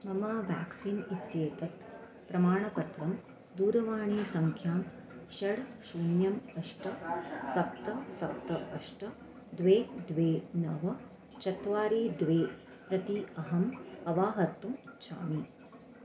मम व्याक्सीन् इत्येतत् प्रमाणपत्रं दूरवाणीसङ्ख्यां षट् शून्यम् अष्ट सप्त सप्त अष्ट द्वे द्वे नव चत्वारि द्वे प्रति अहम् अवाहर्तुम् इच्छामि